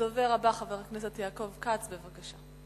הדובר הבא, חבר הכנסת יעקב כץ, בבקשה.